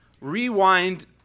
Rewind